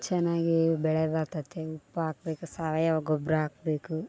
ಚೆನ್ನಾಗಿ ಬೆಳೆ ಬರ್ತತಿ ಉಪ್ಪು ಹಾಕ್ಬೇಕು ಸಾವಯವ ಗೊಬ್ಬರ ಹಾಕ್ಬೇಕು